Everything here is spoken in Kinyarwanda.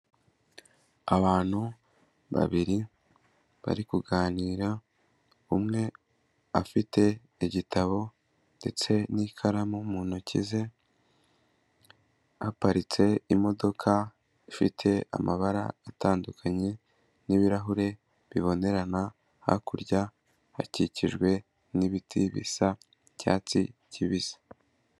Abantu babiri, bari kuganira, umwe afite igitabo ndetse n'ikaramu mu ntoki ze, haparitse imodoka, ifite amabara atandukanye n'ibirahure bibonerana, hakurya hakikijwe n'ibiti bisa icyatsi kibisi.